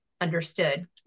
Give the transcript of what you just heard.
understood